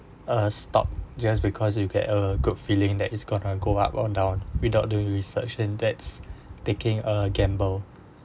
a stock just because you get a good feeling that it's going go up or down without doing research and that's taking a gamble